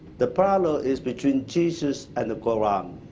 the parallel is between jesus and the quran.